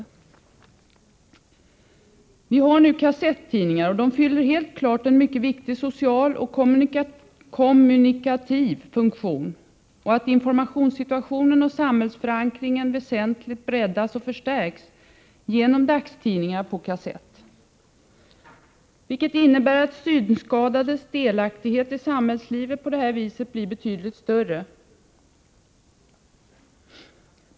Vi konstaterar vidare att de kassettidningar som finns helt klart fyller en mycket viktig social och kommunikativ funktion och att informationssituationen och samhällsförankringen väsentligt breddas och förstärks genom dagstidningar på kassett, vilket innebär att synskadades delaktighet i samhällslivet på detta sätt blir betydligt större.